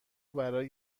برای